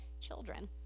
children